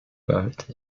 birth